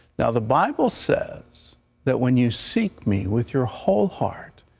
now, the bible says that when you seek me with your whole heart,